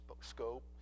scope